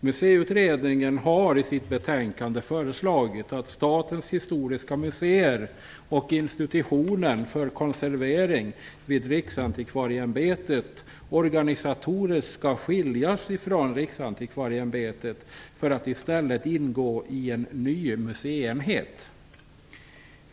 Museiutredningen har i sitt betänkande föreslagit att Statens historiska museer och Institutionen för konservering vid Riksantikvarieämbetet organisatoriskt skall skiljas från Riksantikvarieämbetet för att i stället ingå i en ny museienhet.